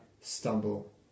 stumble